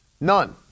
None